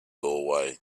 doorway